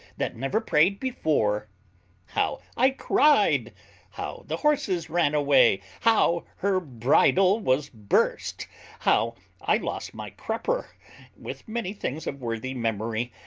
that never prayed before how i cried how the horses ran away how her bridle was burst how i lost my crupper with many things of worthy memory,